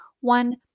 One